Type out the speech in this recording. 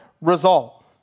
result